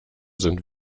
sind